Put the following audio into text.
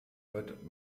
wird